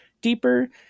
deeper